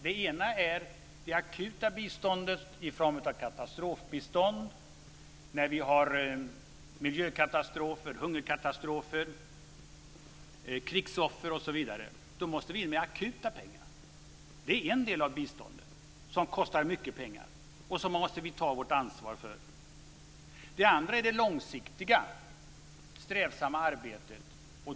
Det ena är det akuta biståndet i form av katastrofbistånd. Vi måste in med akuta pengar vid miljökatastrofer, hungerkatastrofer och till krigsoffer. Det är en del av biståndet, som kostar mycket pengar. Där måste vi ta vårt ansvar. Det andra är det långsiktiga, strävsamma arbetet.